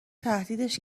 تهدیدش